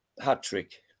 hat-trick